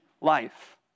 Life